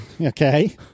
okay